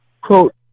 quote